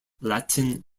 latin